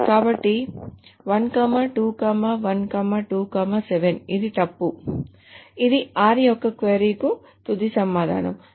కాబట్టి 1 2 1 2 7 ఇది తప్పు ఇది తప్పు ఇది r యొక్క క్వరీ కు తుది సమాధానం